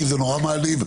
כי זה נורא מעליב,